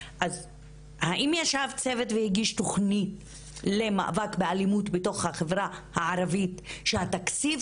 האם ישב צוות והגיש תוכנית למאבק באלימות בתוך החברה הערבית שהתקציב